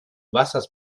wassers